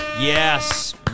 Yes